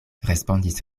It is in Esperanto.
respondis